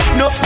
no